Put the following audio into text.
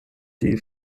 die